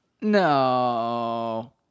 no